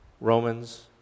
Romans